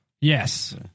Yes